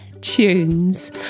Tunes